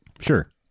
Sure